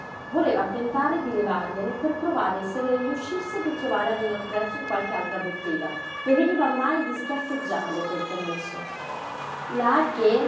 voleva tentare di levargliele per provare se le riuscisse di trovarne a minor prezzo in qualche altra bottega le veniva ormai di schiaffeggiarlo quel commesso lagghe